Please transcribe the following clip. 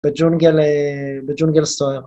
‫בג'ונגל סוער.